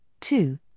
two